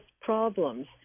problems